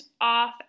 off